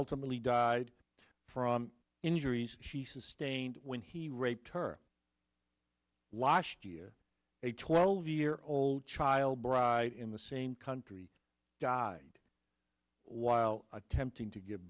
ultimately died from injuries she sustained when he raped her last year a twelve year old child bride in the same country died while attempting to give